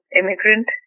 immigrant